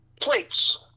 plates